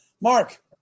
Mark